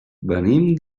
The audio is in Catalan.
venim